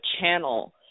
channel